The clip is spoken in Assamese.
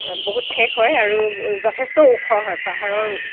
বহুত ঠেক হয় আৰু যথেষ্ট ওখ হয় পাহাৰৰ